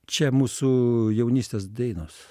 čia mūsų jaunystės dainos